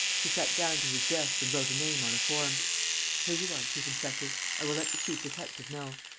he sat down to his desk and wrote a name on a form here you are, chief-inspector. i will let the chief-detective know.